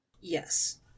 Yes